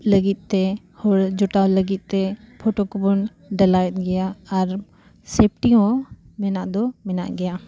ᱞᱟᱹᱜᱤᱫᱼᱛᱮ ᱦᱚᱲ ᱡᱚᱴᱟᱣ ᱞᱟᱹᱜᱤᱫᱼᱛᱮ ᱯᱷᱚᱴᱳ ᱠᱚᱵᱚᱱ ᱰᱟᱞᱟᱣᱮᱫ ᱜᱮᱭᱟ ᱟᱨ ᱥᱮᱯᱷᱴᱤ ᱦᱚᱸ ᱢᱮᱱᱟᱜ ᱫᱚ ᱢᱮᱱᱟᱜ ᱜᱮᱭᱟ